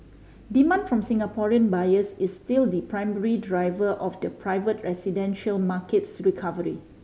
demand from Singaporean buyers is still the primary driver of the private residential market's recovery